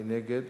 מי נגד?